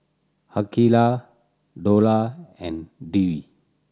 Aqeelah Dollah and Dwi